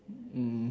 mm